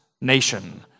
nation